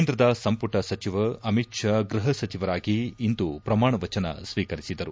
ಕೇಂದ್ರ ಸಂಮಟ ಸಚಿವ ಅಮಿತ್ ಷಾ ಗೃಪ ಸಚಿವರಾಗಿ ಇಂದು ಪ್ರಮಾಣವಚನ ಸ್ವೀಕರಿಸಿದರು